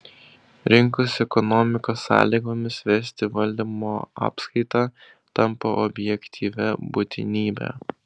rinkos ekonomikos sąlygomis vesti valdymo apskaitą tampa objektyvia būtinybe